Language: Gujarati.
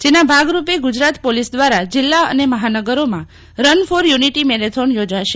જેના ભાગરૂપે ગુજરાત પોલીસ દવારા જિલ્લા અને મહાનગરોમા રન ફોર યૂનિટી મેરથોન યોજાશે